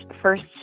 first